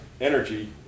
energy